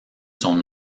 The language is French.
son